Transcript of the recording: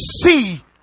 see